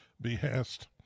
behest